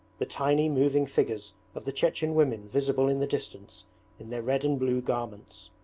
the tiny moving figures of the chechen women visible in the distance in their red and blue garments.